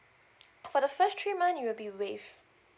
for the first three month it will be waive